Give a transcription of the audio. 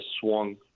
swung